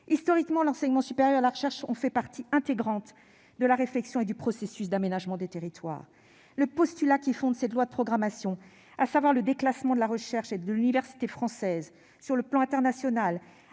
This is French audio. Historiquement, l'enseignement supérieur et la recherche ont fait partie intégrante de la réflexion et du processus d'aménagement des territoires. Or le postulat qui fonde cette loi de programmation, à savoir le déclassement de la recherche et de l'université françaises sur le plan international,